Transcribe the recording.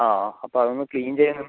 ആ അപ്പം അതൊന്ന് ക്ലീൻ ചെയ്യാൻ